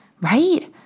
Right